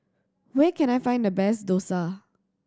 where can I find the best Dosa